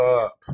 up